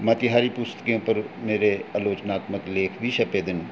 मते हारे पुस्तकें च मेरे आलोचनात्मक लेख बी छपे दे न